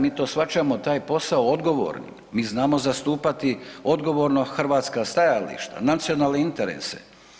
Mi shvaćamo taj posao odgovorno, mi znamo zastupati odgovorno hrvatska stajališta, nacionalne interese.